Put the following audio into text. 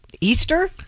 Easter